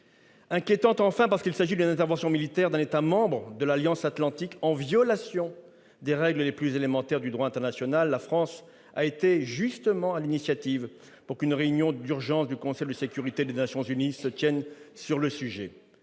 inquiétante, enfin, parce qu'il s'agit d'une intervention militaire d'un État membre de l'Alliance atlantique menée en violation des règles les plus élémentaires du droit international. La France a été à l'initiative de la tenue d'une réunion d'urgence du Conseil de sécurité des Nations unies sur le sujet.